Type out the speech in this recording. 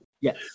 Yes